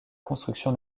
construction